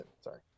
sorry